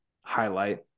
highlight